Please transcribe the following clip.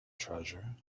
treasure